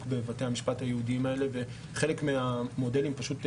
בבתי המשפט הייעודיים האלה וחלק מהמודלים פשוט קרסו.